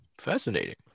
Fascinating